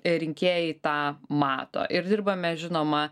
rinkėjai tą mato ir dirbame žinoma